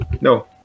no